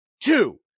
two